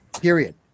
period